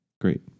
Great